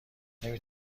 نمی